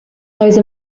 those